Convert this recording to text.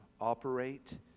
Operate